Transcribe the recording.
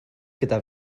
gyda